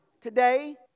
Today